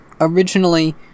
originally